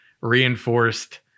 reinforced